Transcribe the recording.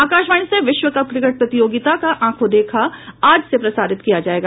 आकाशवाणी से विश्वकप क्रिकेट प्रतियोगिता का आंखों देखा आज से प्रसारित किया जाएगा